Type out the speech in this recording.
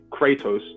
Kratos